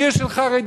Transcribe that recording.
עיר של חרדים,